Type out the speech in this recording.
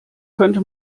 könnte